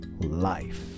life